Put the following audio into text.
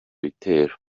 bitero